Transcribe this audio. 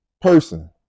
person